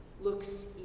looks